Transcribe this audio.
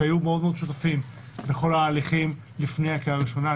שהיו מאוד מאוד שותפים בכל ההליכים לפני הקריאה הראשונה.